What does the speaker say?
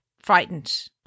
frightened